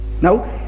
no